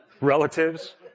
relatives